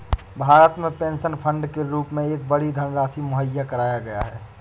भारत में pension fund के रूप में एक बड़ी धनराशि मुहैया कराया गया है